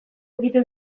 ukitu